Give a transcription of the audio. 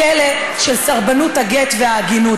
הכלא של סרבנות הגט והעגינות.